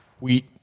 wheat